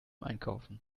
einkaufen